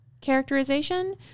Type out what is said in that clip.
characterization